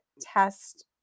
test